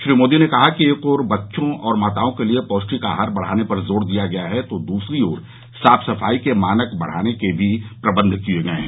श्री मोदी ने कहा कि एक ओर बच्चों और माताओं के लिए पौष्टिक आहार बढाने पर जोर दिया गया है तो दूसरी ओर साफ सफाई के मानक बढ़ाने के भी प्रबन्ध किये गये हैं